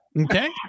Okay